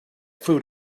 food